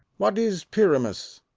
what is pyramus?